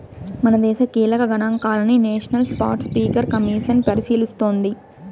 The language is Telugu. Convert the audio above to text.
మనదేశ కీలక గనాంకాలని నేషనల్ స్పాటస్పీకర్ కమిసన్ పరిశీలిస్తోంది